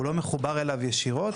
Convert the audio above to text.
הוא לא מחובר אליו ישירות,